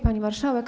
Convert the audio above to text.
Pani Marszałek!